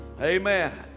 amen